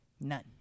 None